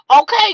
Okay